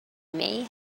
may